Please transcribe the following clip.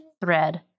thread